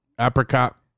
apricot